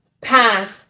path